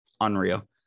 unreal